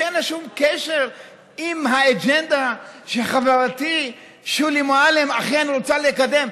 שאין לה שום קשר עם האג'נדה שחברתי שולי מועלם אכן רוצה לקדם.